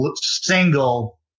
single